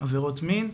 עבירות מין.